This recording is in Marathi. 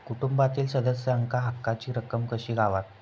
कुटुंबातील सदस्यांका हक्काची रक्कम कशी गावात?